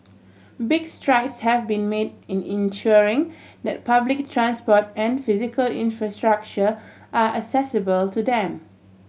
big strides have been made in ensuring that public transport and physical infrastructure are accessible to them